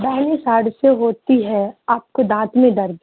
داہنی side سے ہوتی ہے آپ کو دانت میں درد